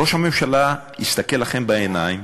ראש הממשלה יסתכל לכם בעיניים